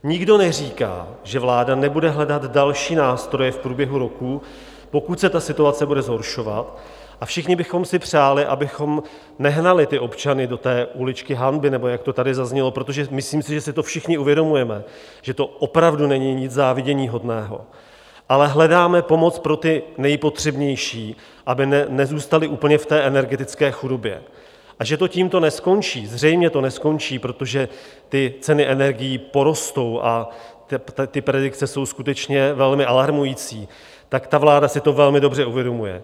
Nikdo neříká, že vláda nebude hledat další nástroje v průběhu roku, pokud se situace bude zhoršovat, a všichni bychom si přáli, abychom nehnali občany do té uličky hanby nebo jak to tady zaznělo, protože si myslím, že si všichni uvědomujeme, že to opravdu není nic záviděníhodného, ale hledáme pomoc pro ty nejpotřebnější, aby nezůstali úplně v té energetické chudobě, a že to tímto neskončí zřejmě to neskončí, protože ceny energií porostou a predikce jsou skutečně velmi alarmující tak si to vláda velmi dobře uvědomuje.